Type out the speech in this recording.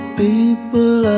people